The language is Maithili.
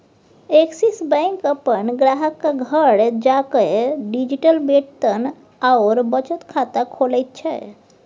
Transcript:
एक्सिस बैंक अपन ग्राहकक घर जाकए डिजिटल वेतन आओर बचत खाता खोलैत छै